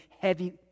heavy